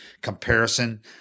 comparison